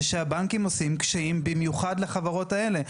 שהבנקים עושים קשיים במיוחד לחברות האלה.